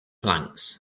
planks